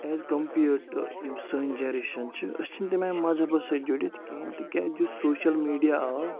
as compared to یِم سٲنۍ generation چھِ أسۍ چھِنہٕ تَمہِ آیہِ مَذہَبَس سۭتۍ جُڑِتھ کِہیٖنۍ تِکیٛازِ یُس سوشَل میٖڈیا آو